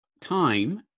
time